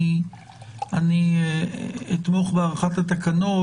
אני אתמוך בהארכת התקנות.